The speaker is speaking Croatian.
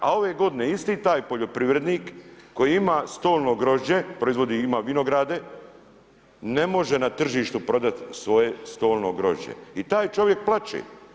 A ove g. isti taj poljoprivrednik koji ima stolno grožđe, proizvodi ima vinograde ne može na tržištu prodati svoje stolno grožđe i taj čovjek plaće.